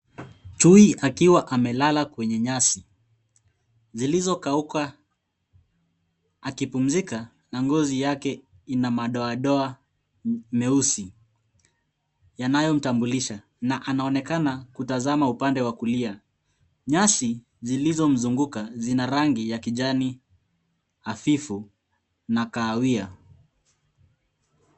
Chui akiwa amelala kwenye nyasi zilizokauka akipumzika na ngozi yake ina madoadoa meusi yanayomtambulisha na anaonekana kutazama upande wa kulia. Nyasi zilizomzunguka zina rangi ya kijani hafifu na kahawia.